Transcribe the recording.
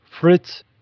Fritz